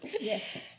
Yes